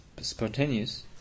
spontaneous